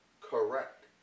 Correct